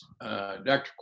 Dr